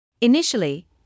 Initially